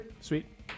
Sweet